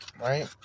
right